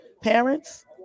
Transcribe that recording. parents